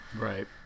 Right